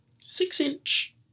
six-inch